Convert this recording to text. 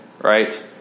Right